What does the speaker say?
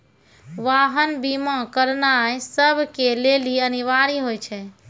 वाहन बीमा करानाय सभ के लेली अनिवार्य होय छै